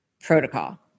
protocol